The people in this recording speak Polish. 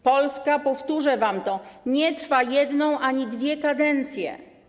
Polska, powtórzę wam to, nie trwa jedną ani dwie kadencje.